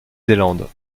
zélande